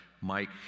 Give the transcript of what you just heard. mike